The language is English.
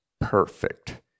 perfect